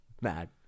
Mad